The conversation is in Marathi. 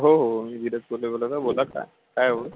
हो हो मी धीरज कोल्हे बोलात आहे बोला काय काय हो